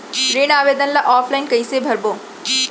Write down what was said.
ऋण आवेदन ल ऑफलाइन कइसे भरबो?